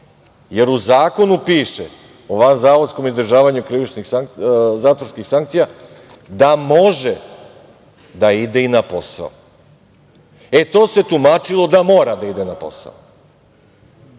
jer u zakonu piše, o vanzavodskom izdržavanju krivičnih zatvorskih sankcija, da može da ide i na posao. E, to se tumačilo da mora da ide na posao